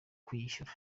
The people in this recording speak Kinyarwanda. kuyishyura